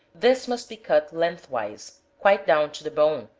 this must be cut lengthwise, quite down to the bone,